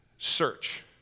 search